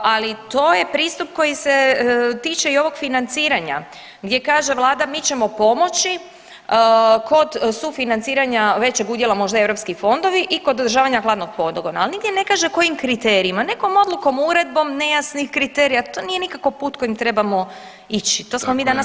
Ali to je pristup koji se tiče i ovog financiranja, gdje kaže vlada mi ćemo pomoći kod sufinanciranja većeg udjela možda eu fondovi i kod održavanja hladnog pogona, ali nigdje ne kaže kojim kriterijima, nekom odlukom uredbom nejasnih kriterija to nije nikako put kojim trebamo ići, to smo mi morali znati.